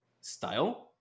style